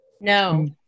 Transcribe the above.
no